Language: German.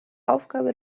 aufgabe